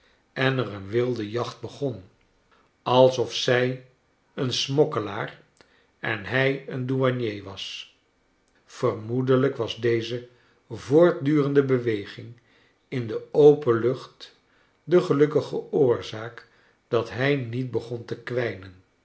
en er een wilde jacht begon alsof zij een smokkelaar en hij een douanier was vermoedelijk was de e voortdurende beweging in de open lucht de gelukkige oorzaak dat hij niet begon te kwijnen